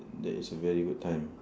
that is a very good time